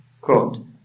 quote